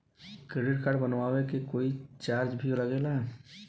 Credit card बनवावे के कोई चार्ज भी लागेला?